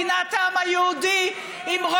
מדינת העם היהודי, נכון.